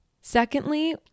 Secondly